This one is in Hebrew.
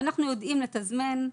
אנחנו יודעים לתזמן.